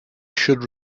should